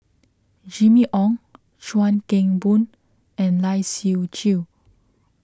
Jimmy Ong Chuan Keng Boon and Lai Siu Chiu